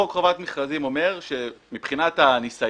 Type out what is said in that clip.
חוק חובת מכרזים אומר שמבחינת הניסיון